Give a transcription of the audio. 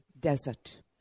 desert